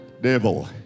devil